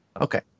okay